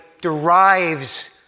derives